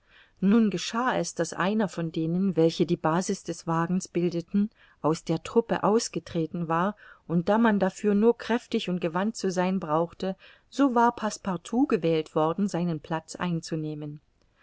nun geschah es daß einer von denen welche die basis des wagens bildeten aus der truppe ausgetreten war und da man dafür nur kräftig und gewandt zu sein brauchte so war passepartout gewählt worden seinen platz einzunehmen